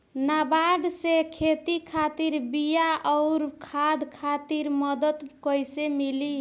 नाबार्ड से खेती खातिर बीया आउर खाद खातिर मदद कइसे मिली?